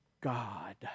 God